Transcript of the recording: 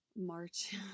March